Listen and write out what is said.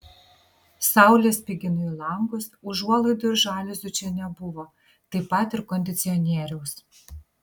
saulė spigino į langus užuolaidų ir žaliuzių čia nebuvo taip pat ir kondicionieriaus